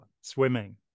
swimming